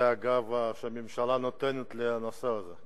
זה הגב שהממשלה נותנת לנושא הזה.